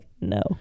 no